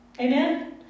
Amen